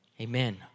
amen